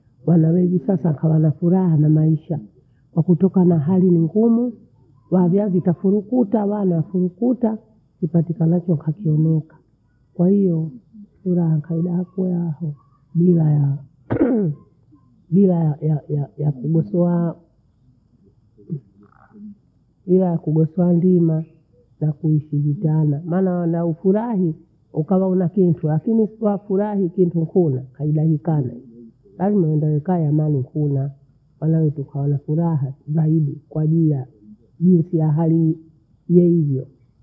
Wana wavisasa kawa na furaha na maisha kwakutuka mahali ni ngumu, waha viazi tafurukuta, wana wafurukuta kipatikanacho khakieneka. Kwahiyo furaha kauda hakwa, bila yaa bila ya- ya- ya- yemitiwa hiya yakugoswaa ndimaa yakuhusu vitana. Maana wanofurahi ukawa huna kintu, lakini ukiwa wafurahi usipokula kauda nikana. Lazima uende nekae ambaye ni kula kala hukutani furaha zaidi kwajili ya jinsi ya hali yeivwe.